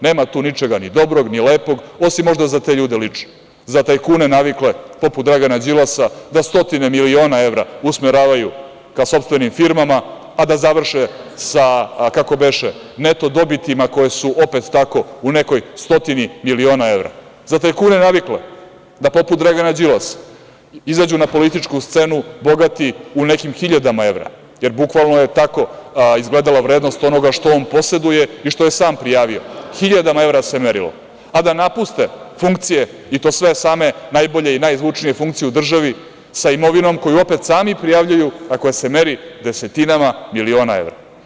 Nema tu ničega ni dobrog, ni lepog, osim možda za te ljude lično, za tajkune, navikle, poput Dragana Đilasa, da stotine miliona evra usmeravaju ka sopstvenim firmama, a da završe sa, kako beše, neto dobitima, koji su opet tako u nekoj stotini miliona evra, za tajkune navikle da poput Dragana Đilasa izađu na političku scenu bogati u nekim hiljadama evra, jer bukvalno je tako izgledala vrednost onoga što poseduje i što je sam prijavio, hiljadama evra se merilo, a da napuste funkcije, i to sve same najbolje i najzvučnije funkcije u državi, sa imovinom koju opet sami prijavljuju, a koja se meri desetinama miliona evra.